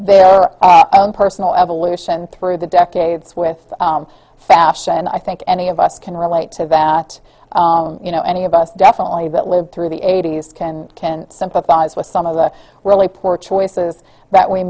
their own personal evolution through the decades with fashion and i think any of us can relate to that you know any of us definitely that lived through the eighty's can can sympathize with some of the really poor choices that we